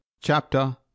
chapter